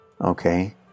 okay